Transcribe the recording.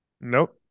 nope